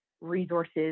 resources